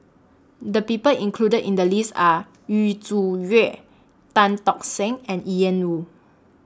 The People included in The list Are Yu Zhuye Tan Tock Seng and Ian Woo